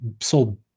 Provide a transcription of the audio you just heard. sold